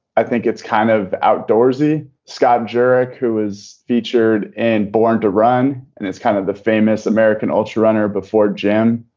i think it's kind of outdoorsy. scott jurek, who is featured and born to run and it's kind of the famous american ultra runner before jan.